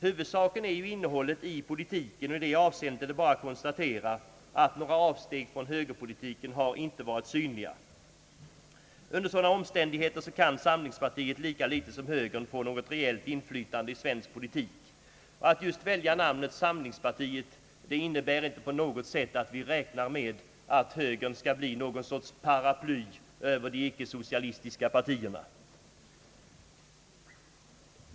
Huvudsaken är innehållet i politiken, och i det avseendet är det bara att konstatera, att några avsteg från högerpolitiken inte varit synliga. Under sådana omständigheter kan samlingspartiet lika litet som högern få något reellt inflytande i svensk politik. Att man just väljer namnet samlingspartiet innebär inte att vi räknar med att högern skall bli någon sorts paraply över de icke-socialistiska partierna.